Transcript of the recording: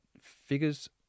figures